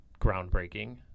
groundbreaking